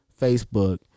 Facebook